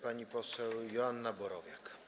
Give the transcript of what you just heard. Pani poseł Joanna Borowiak.